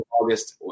August